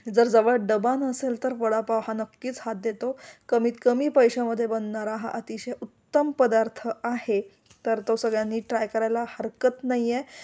जर जवळ डबा नसेल तर वडापाव हा नक्कीच हात देतो कमीत कमी पैशामध्ये बनणारा हा अतिशय उत्तम पदार्थ आहे तर तो सगळ्यांनी ट्राय करायला हरकत नाहीये